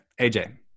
AJ